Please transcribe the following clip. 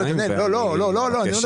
אני ממש